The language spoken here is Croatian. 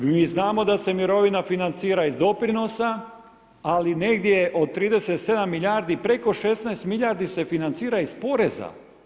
Mi znamo da se mirovina financira iz doprinosa ali negdje od 37 milijardi, preko 16 milijardi se financira iz poreza.